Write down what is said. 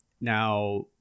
now